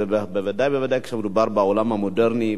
בוודאי ובוודאי כשמדובר בעולם המודרני,